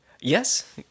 Yes